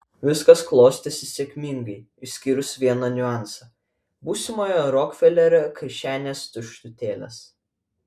viskas klostėsi sėkmingai išskyrus vieną niuansą būsimojo rokfelerio kišenės tuštutėlės